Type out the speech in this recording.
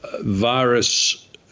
virus